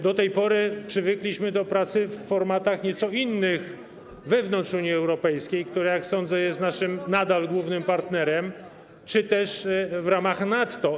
Do tej pory przywykliśmy do pracy w formatach nieco innych, wewnątrz Unii Europejskiej, która, jak sądzę, nadal jest naszym głównym partnerem, czy też w ramach NATO.